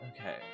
Okay